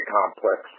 complex